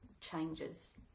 changes